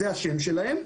זה השם שלהם,